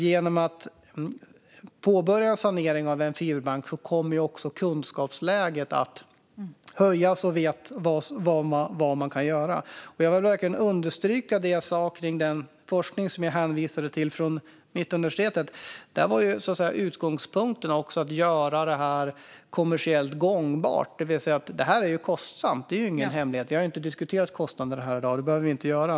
Genom att påbörja saneringen av en fiberbank kommer också kunskapsläget att höjas så att man vet vad man kan göra. Jag vill verkligen understryka det som jag sa om den forskning från Mittuniversitetet som jag hänvisade till. Där var utgångspunkten att göra detta kommersiellt gångbart. Detta är kostsamt, det är ingen hemlighet. Vi har inte diskuterat kostnaderna här i dag, och det behöver vi inte göra.